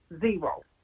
Zero